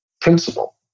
principle